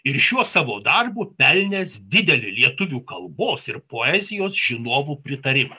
ir šiuo savo darbu pelnęs didelį lietuvių kalbos ir poezijos žinovų pritarimą